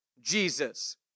Jesus